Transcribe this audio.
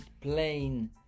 plain